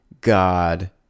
God